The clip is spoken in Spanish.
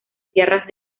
tierras